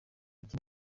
iki